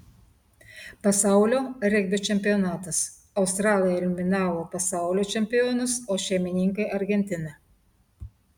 pasaulio regbio čempionatas australai eliminavo pasaulio čempionus o šeimininkai argentiną